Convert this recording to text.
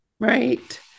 Right